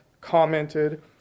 commented